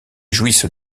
jouissent